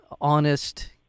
honest